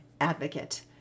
advocate